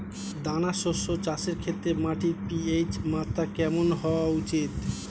দানা শস্য চাষের ক্ষেত্রে মাটির পি.এইচ মাত্রা কেমন হওয়া উচিৎ?